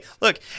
Look